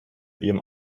ihrem